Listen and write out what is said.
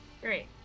Great